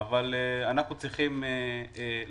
-- או שאין ביטוח בכלל, על שני הדברים.